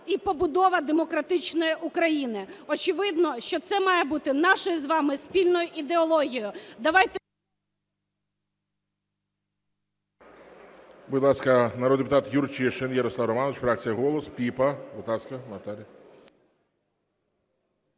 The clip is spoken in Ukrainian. і побудова демократичної України. Очевидно, що це має бути нашою з вами спільною ідеологією.